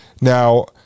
Now